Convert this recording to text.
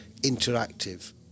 interactive